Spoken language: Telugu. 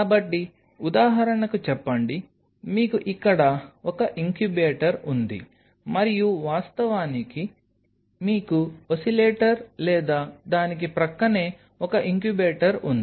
కాబట్టి ఉదాహరణకు చెప్పండి మీకు ఇక్కడ ఒక ఇంక్యుబేటర్ ఉంది మరియు వాస్తవానికి మీకు ఓసిలేటర్ లేదా దానికి ప్రక్కనే ఒక ఇంక్యుబేటర్ ఉంది